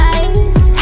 ice